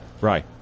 Right